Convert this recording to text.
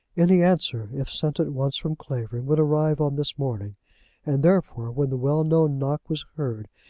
any answer, if sent at once from clavering, would arrive on this morning and therefore, when the well-known knock was heard,